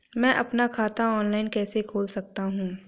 मैं अपना खाता ऑफलाइन कैसे खोल सकता हूँ?